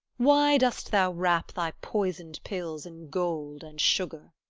why dost thou wrap thy poison'd pills in gold and sugar?